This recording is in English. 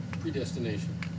Predestination